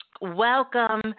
welcome